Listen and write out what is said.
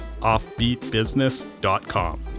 offbeatbusiness.com